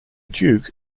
duke